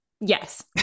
Yes